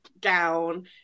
gown